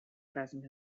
present